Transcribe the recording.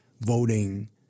voting